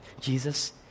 Jesus